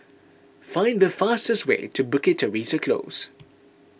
find the fastest way to Bukit Teresa Close